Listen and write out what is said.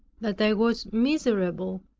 that i was miserable,